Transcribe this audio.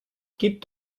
gibt